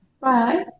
Bye